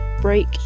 break